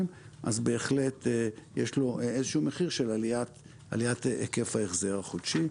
אז בהחלט יש לו איזה שהוא מחיר של עליית היקף ההחזר החודשי.